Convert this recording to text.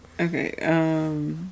Okay